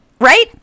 Right